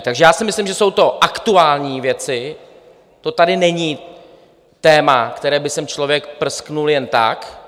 Takže já myslím, že jsou to aktuální věci to není téma, které by sem člověk prsknul jen tak.